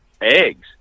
eggs